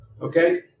okay